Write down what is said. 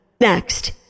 Next